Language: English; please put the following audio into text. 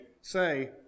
say